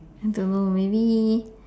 I don't know maybe